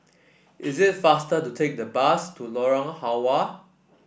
it is faster to take the bus to Lorong Halwa